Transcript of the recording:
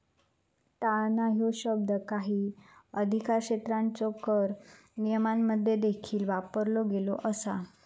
टाळणा ह्यो शब्द काही अधिकारक्षेत्रांच्यो कर नियमांमध्ये देखील वापरलो गेलो असा